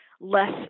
less